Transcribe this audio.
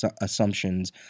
assumptions